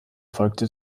folgte